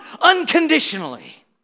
unconditionally